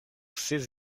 ses